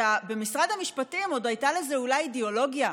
במשרד המשפטים עוד הייתה לזה אולי אידיאולוגיה,